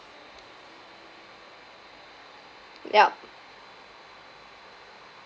yup